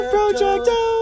Projecto